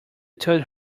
told